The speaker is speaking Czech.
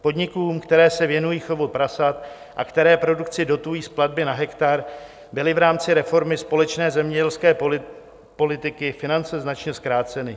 Podnikům, které se věnují chovu prasat a které produkci dotují z platby na hektar, byly v rámci reformy společné zemědělské politiky finance značně zkráceny.